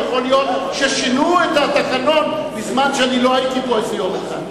כי יכול להיות ששינו את התקנון בזמן שאני לא הייתי איזה יום אחד,